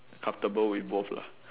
comfortable with both lah